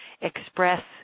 express